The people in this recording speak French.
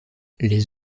les